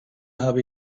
habe